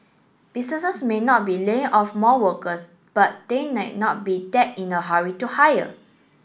businesses may not be laying off more workers but they not be that in a hurry to hire